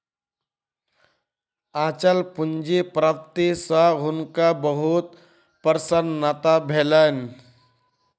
अचल पूंजी प्राप्ति सॅ हुनका बहुत प्रसन्नता भेलैन